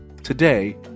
today